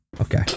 Okay